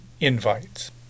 invites